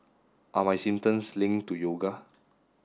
are my symptoms linked to yoga